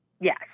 Yes